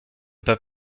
pas